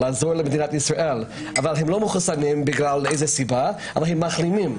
לעזור למדינת ישראל אבל הם לא מחוסנים בגלל איזו סיבה אבל הם מחלימים.